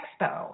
Expo